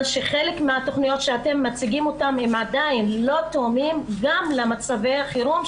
שחלק מן התוכניות שאתם מציגים עדיין לא תואמות למצבי החירום,